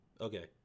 Okay